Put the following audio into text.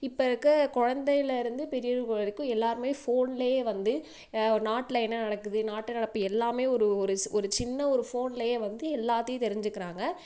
இப்போ இருக்கற குழந்தையில் இருந்து பெரியவர்கள் வரைக்கும் எல்லாருமே ஃபோன்லையே வந்து ஒரு நாட்டில் என்ன நடக்குது நாட்டு நடப்பு எல்லாமே ஒரு ஒரு சி ஒரு சின்ன ஒரு ஃபோன்லையே வந்து எல்லாத்தையும் தெரிஞ்சுக்கிறாங்க